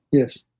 yes,